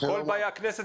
בבקשה.